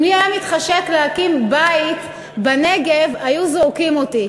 אם לי היה מתחשק להקים בית בנגב, היו זורקים אותי.